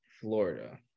Florida